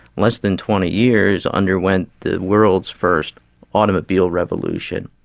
less than twenty years, underwent the world's first automobile revolution.